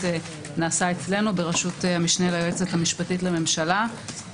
נעשה אצלנו ברשות המשנה ליועצת המשפטית לממשלה.